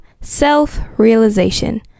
self-realization